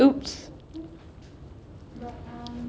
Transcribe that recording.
whhops